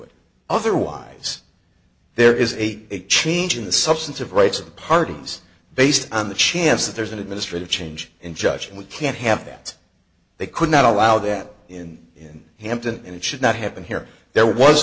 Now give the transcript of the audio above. it otherwise there is a change in the substance of rights of the parties based on the chance that there's an administrative change in judge and we can't have that they could not allow that in in hampton and it should not happen here there was